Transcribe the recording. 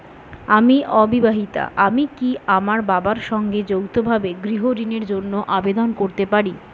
আমি অবিবাহিতা আমি কি আমার বাবার সঙ্গে যৌথভাবে গৃহ ঋণের জন্য আবেদন করতে পারি?